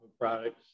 Products